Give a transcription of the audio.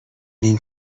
این